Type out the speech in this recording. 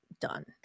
done